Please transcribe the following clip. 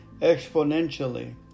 exponentially